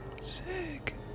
Sick